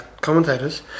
commentators